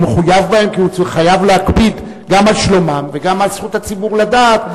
הוא מחויב בהם כי הוא חייב להקפיד גם על שלומם וגם על זכות הציבור לדעת.